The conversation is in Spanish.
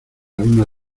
luna